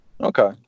Okay